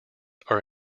are